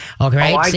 Okay